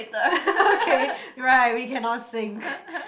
okay right we cannot sync